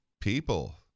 people